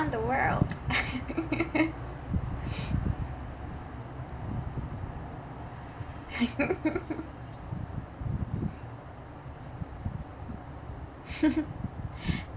the world